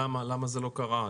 למה זה לא קרה?